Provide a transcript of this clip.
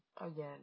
again